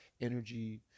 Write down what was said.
energy